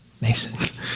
Mason